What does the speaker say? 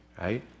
right